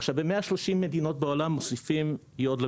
עכשיו ב-130 מדינות בעולם מוסיפים יוד למלח,